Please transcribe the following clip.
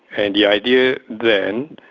and the idea then,